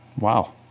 Wow